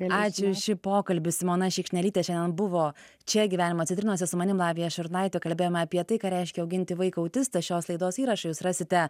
ačiū už šį pokalbį simona šikšnelytė šiandien buvo čia gyvenimo citrinose su manim lavija šurnaite kalbėjome apie tai ką reiškia auginti vaiką autistą šios laidos įrašą jūs rasite